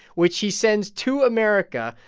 which he sends to america,